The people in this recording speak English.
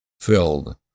filled